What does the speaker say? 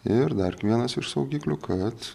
ir dar vienas iš saugiklių kad